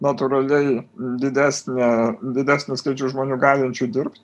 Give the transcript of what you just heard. natūraliai didesnė didesnis skaičius žmonių galinčių dirbt